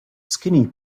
skinny